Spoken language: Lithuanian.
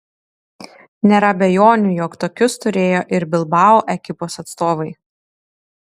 nėra abejonių jog tokius turėjo ir bilbao ekipos atstovai